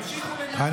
כבר החלפת את יו"ר,